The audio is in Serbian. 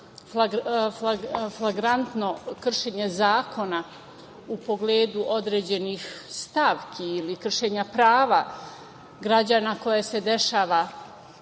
flagrantno kršenje zakona u pogledu određenih stavki ili kršenja prava građana koje se dešava